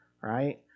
right